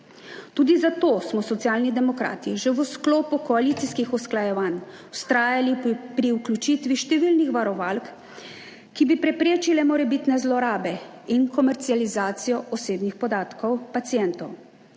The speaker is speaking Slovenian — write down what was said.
Tudi zato smo Socialni demokrati že v sklopu koalicijskih usklajevanj vztrajali pri vključitvi številnih varovalk, ki bi preprečile morebitne zlorabe in komercializacijo osebnih podatkov pacientov.